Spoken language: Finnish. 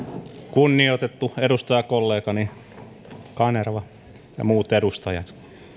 kunnioitettu edustajakollegani kanerva ja muut edustajat